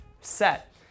set